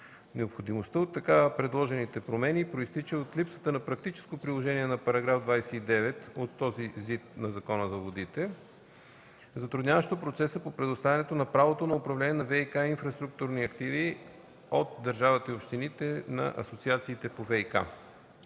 Необходимостта от така предложените промени произтича от липсата на практическо приложение на параграф 29 от ЗИД на Закона за водите, затрудняващо процеса по предоставянето на правото на управление на ВиК инфраструктурни активи от държавата и общините на Асоциациите по ВиК.